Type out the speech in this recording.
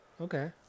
Okay